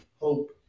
hope